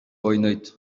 ойнойт